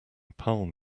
palm